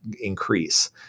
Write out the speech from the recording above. increase